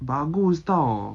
bagus [tau]